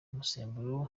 umusemburo